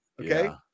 okay